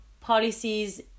policies